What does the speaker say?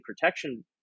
protection